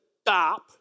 stop